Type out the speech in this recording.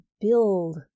build